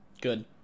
Good